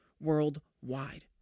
worldwide